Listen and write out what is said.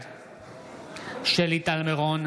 בעד שלי טל מירון,